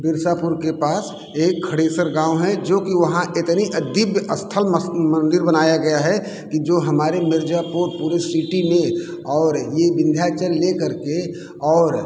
बिरसापुर के पास एक खडे़सर गाँव है जो कि वहाँ इतनी अ दिव्य स्थल मस मंदिर बनाया गया है कि जो हमारे मिर्जापुर पूरे सिटी में और ये बिंध्याचल ले कर के और